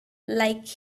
like